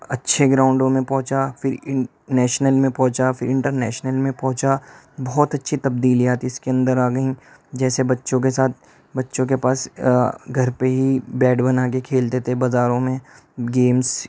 اچھے گراؤںڈوں میں پہنچا پھر ان نیشنل میں پہنچا پھر انٹرنیشنل میں پہنچا بہت اچھی تبدیلیات اس کے اندر آ گئیں جیسے بچوں کے ساتھ بچوں کے پاس گھر پہ ہی بیٹ بنا کے کھیلتے تھے بازاروں میں گیمس